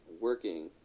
working